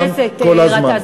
תודה, חבר הכנסת גטאס.